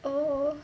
oh